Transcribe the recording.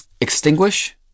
extinguish